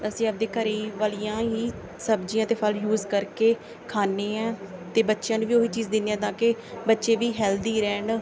ਅਸੀਂ ਆਪਦੇ ਘਰ ਵਾਲੀਆਂ ਹੀ ਸਬਜ਼ੀਆਂ ਅਤੇ ਫਲ ਯੂਜ ਕਰਕੇ ਖਾਂਦੇ ਹਾਂ ਅਤੇ ਬੱਚਿਆਂ ਨੂੰ ਵੀ ਉਹੀ ਚੀਜ਼ ਦਿੰਦੇ ਹਾਂ ਤਾਂ ਕਿ ਬੱਚੇ ਵੀ ਹੈਲਦੀ ਰਹਿਣ